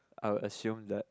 I will assume that